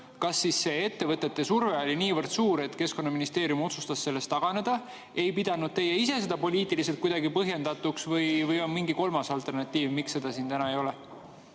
Kas ettevõtete surve oli nii suur, et Keskkonnaministeerium otsustas sellest taganeda? Või ei pidanud teie ise seda poliitiliselt põhjendatuks või on mingi kolmas põhjus, miks seda siin täna ei ole?